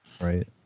right